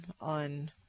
on